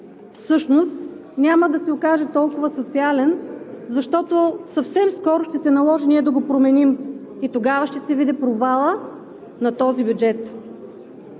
всъщност няма да се окаже толкова социален, защото съвсем скоро ще се наложи ние да го променим и тогава ще се види провалът на този бюджет.